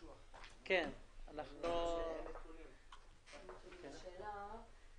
14:15.